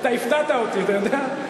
אתה הפתעת אותי, אתה יודע?